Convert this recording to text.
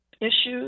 issues